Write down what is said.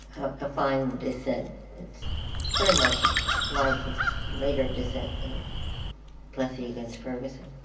a fine dissent that's very much like his later dissent in plessy against ferguson.